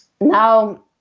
now